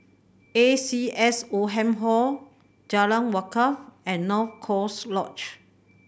A C S Oldham Hall Jalan Wakaff and North Coast Lodge